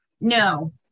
No